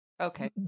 Okay